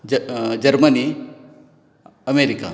ज Germany America